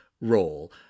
role